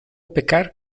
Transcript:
pecar